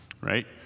right